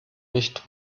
nicht